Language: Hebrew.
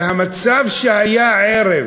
והמצב שהיה ערב